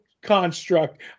construct